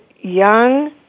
young